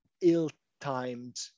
ill-timed